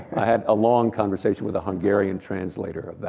i had a long conversation with a hungarian translator